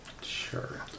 Sure